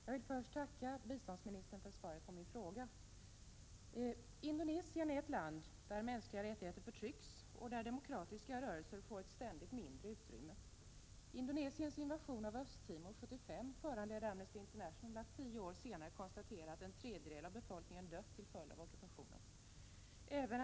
Herr talman! Jag vill tacka biståndsministern för svaret på min fråga. Indonesien är ett land där mänskliga rättigheter förtrycks och där demokratiska rörelser ständigt får mindre utrymme. Indonesiens invasion av Östra Timor 1975 föranledde Amnesty International att tio år senare konstatera att en tredjedel av befolkningen hade dött till följd av ockupationen.